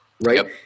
Right